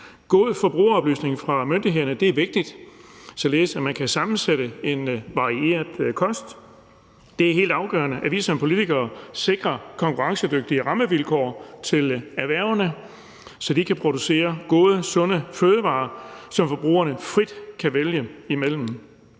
God forbrugeroplysning fra myndighederne er vigtig, således at man kan sammensætte en varieret kost. Det er helt afgørende, at vi som politikere sikrer konkurrencedygtige rammevilkår til erhvervene, så de kan producere gode, sunde fødevarer, som forbrugerne frit kan vælge imellem.